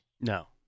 No